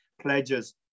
pledges